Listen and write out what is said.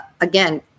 Again